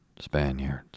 Spaniards